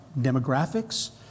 Demographics